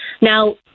Now